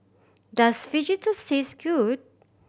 does Fajitas taste good